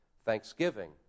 Thanksgiving